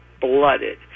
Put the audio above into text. blooded